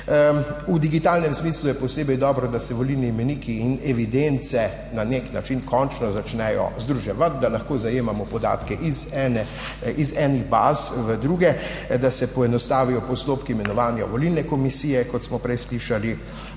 V digitalnem smislu je posebej dobro, da se volilni imeniki in evidence na nek način končno začnejo združevati, da lahko zajemamo podatke iz enih baz v druge, da se poenostavijo postopki imenovanja volilne komisije, kot smo prej slišali,